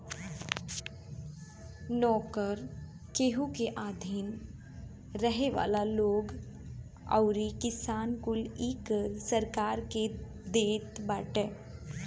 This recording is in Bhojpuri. नोकर, केहू के अधीन रहे वाला लोग अउरी किसान कुल इ कर सरकार के देत बाटे